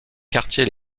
quartiers